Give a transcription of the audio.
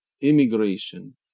immigration